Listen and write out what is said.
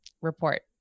report